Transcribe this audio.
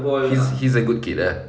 he's he's a good kid ah